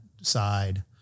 side